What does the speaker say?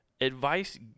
Advice